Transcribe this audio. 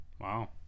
Wow